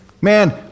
Man